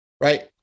right